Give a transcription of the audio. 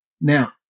Now